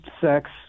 sex